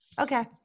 Okay